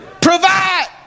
Provide